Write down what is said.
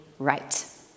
right